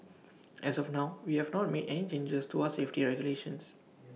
as of now we have not made any changes to our safety regulations